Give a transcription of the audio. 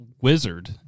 wizard